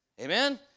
Amen